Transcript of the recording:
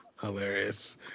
hilarious